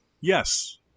Yes